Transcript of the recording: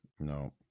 No